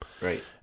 Right